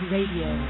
Radio